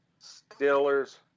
Steelers